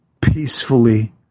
peacefully